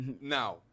now